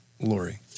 Lori